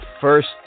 first